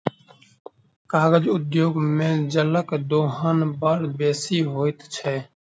कागज उद्योग मे जलक दोहन बड़ बेसी होइत छै